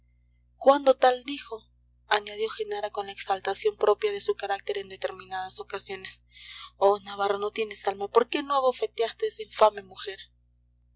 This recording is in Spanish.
cuando tal dijo añadió genara con la exaltación propia de su carácter en determinadas ocasiones oh navarro no tienes alma por qué no abofeteaste a esa infame mujer